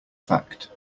fact